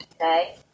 Okay